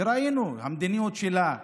וראינו את המדיניות שלה.